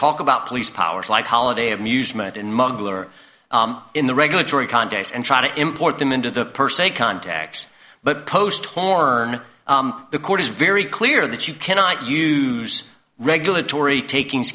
talk about police powers like holiday amusement and mumbler in the regulatory context and try to import them into the per se contacts but post horn the court is very clear that you cannot use regulatory taking